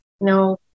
no